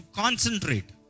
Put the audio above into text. concentrate